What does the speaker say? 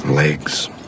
legs